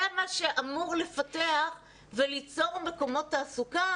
זה מה שאמור ליצור מקומות תעסוקה